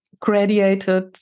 graduated